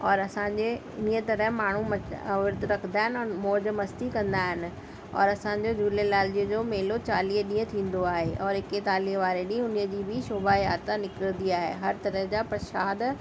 औरि असांजे इन तरह माण्हू म विर्त रखंदा आहिनि मौज मस्ती कंदा आहिनि औरि असांजो झूलेलाल जी जो मेलो चालीह ॾींहं थींदो आहे और एकतालीह वारे ॾींहुं उन जी बि शोभा यात्रा निकिरंदी आहे हर तरह जा प्रशाद